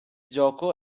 gioco